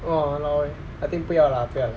!walao! eh I think 不要啦不要啦